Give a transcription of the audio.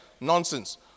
Nonsense